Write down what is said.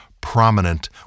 prominent